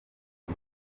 ari